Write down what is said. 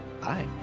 Bye